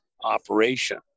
operation